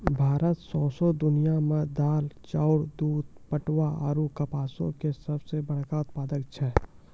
भारत सौंसे दुनिया मे दाल, चाउर, दूध, पटवा आरु कपासो के सभ से बड़का उत्पादक छै